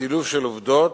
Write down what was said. סילוף של עובדות,